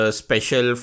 special